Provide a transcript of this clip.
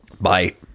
Bye